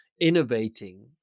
innovating